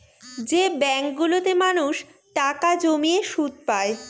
যে ব্যাঙ্কগুলোতে মানুষ টাকা জমিয়ে সুদ পায়